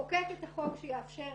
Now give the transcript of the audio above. לחוקק את החוק שיאפשר